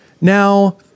Now